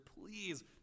Please